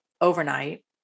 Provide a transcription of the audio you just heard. overnight